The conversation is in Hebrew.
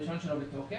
הרישיון שלו בתוקף,